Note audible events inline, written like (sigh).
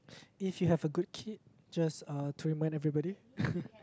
if you have a good kid just uh to remind everybody (breath)